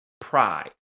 pride